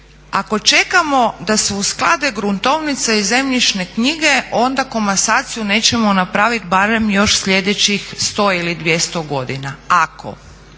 Ako čekamo da se usklade gruntovnice i zemljišne knjige onda komasaciju nećemo napravit barem još sljedećih 100 ili 200 godina. Ako.